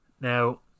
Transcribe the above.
now